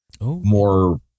more